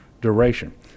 duration